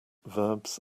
verbs